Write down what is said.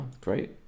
great